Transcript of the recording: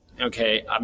okay